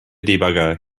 debugger